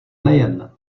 nejen